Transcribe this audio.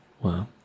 Wow